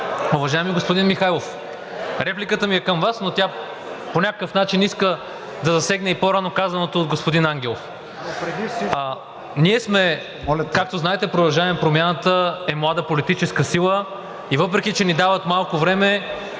Уважаеми господин Михайлов, репликата ми е към Вас, но тя по някакъв начин иска да засегне и по-рано казаното от господин Ангелов. Както знаете, „Продължаваме Промяната“ е млада политическа сила и въпреки че ни дават малко време